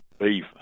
beef